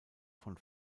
von